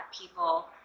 people